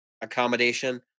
accommodation